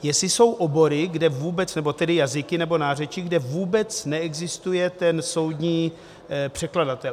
Jestli jsou obory, kde vůbec, nebo tedy jazyky nebo nářečí, kde vůbec neexistuje ten soudní překladatel.